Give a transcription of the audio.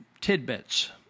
tidbits